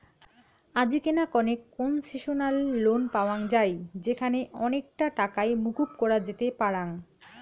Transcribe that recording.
আজিকেনা অনেক concessional loan পাওয়াঙ যাই যেখানে অনেকটা টাকাই মকুব করা যেতে পারাং